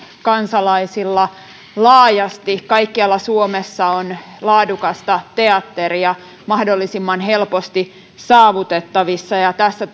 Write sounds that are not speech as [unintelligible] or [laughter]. kansalaisilla laajasti kaikkialla suomessa on laadukasta teatteria mahdollisimman helposti saavutettavissa ja tässä [unintelligible]